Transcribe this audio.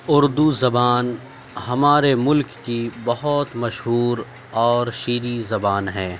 اردو زبان ہمارے ملک کی بہت مشہور اور شیریں زبان ہے